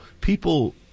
people